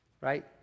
right